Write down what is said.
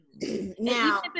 now